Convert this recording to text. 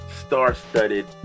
Star-studded